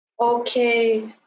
Okay